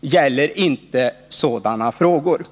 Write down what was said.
gäller inte sådana frågor.